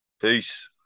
Peace